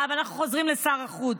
אנחנו חוזרים לשר החוץ.